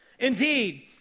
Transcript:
Indeed